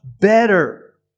better